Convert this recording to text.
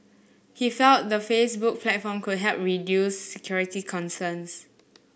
he felt the Facebook platform could help reduce security concerns